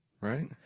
right